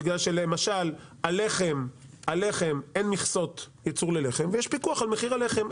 כי למשל על לחם אין מכסות יצור ללחם ויש פיקוח על מחיר הלחם,